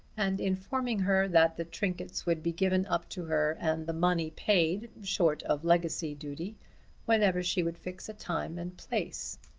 and informing her that the trinkets would be given up to her and the money paid short of legacy duty whenever she would fix a time and place.